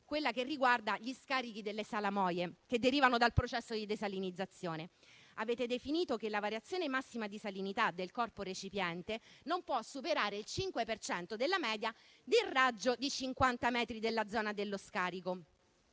quella che riguarda gli scarichi delle salamoie, che derivano dal processo di desalinizzazione. Avete definito che la variazione massima di salinità del corpo recipiente non può superare il 5 per cento della media nel raggio di 50 metri della zona dello scarico.